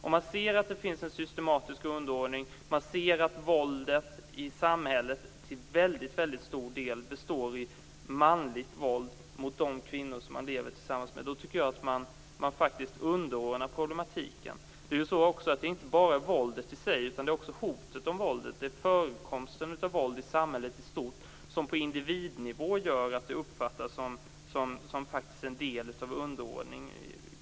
Man kan se att det finns en systematisk underordning, våldet i samhället är till stor del manligt våld mot de kvinnor de lever tillsammans med. Då underordnas problemen. Det är inte bara våldet i sig, utan också hotet om våldet och förekomsten av våld i samhället i stort, som på individnivå gör att kvinnor kontra män uppfattas som en del av underordningen.